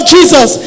Jesus